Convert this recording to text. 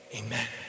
amen